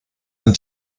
ein